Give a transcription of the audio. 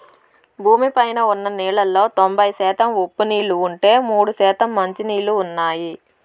భూమి పైన ఉన్న నీళ్ళలో తొంబై శాతం ఉప్పు నీళ్ళు ఉంటే, మూడు శాతం మంచి నీళ్ళు ఉన్నాయి